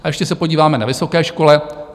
A ještě se podíváme na vysoké školy.